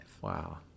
Wow